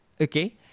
Okay